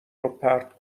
روپرت